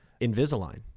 Invisalign